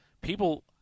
People